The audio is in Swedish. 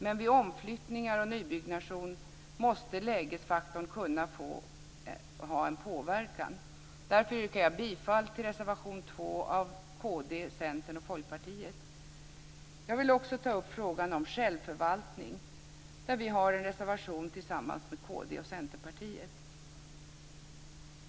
Men vid omflyttningar och nybyggnation måste lägesfaktorn kunna ha en påverkan. Därför yrkar jag bifall till reservation 2 av kd, Centern och Folkpartiet. Jag vill också ta upp frågan om självförvaltning. Där har vi en reservation tillsammans med kd och Centerpartiet.